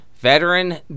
veteran